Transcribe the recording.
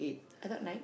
I thought nine